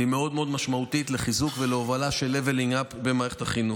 והיא מאוד מאוד משמעותית לחיזוק ולהובלה של Level Up במערכת החינוך.